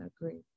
agree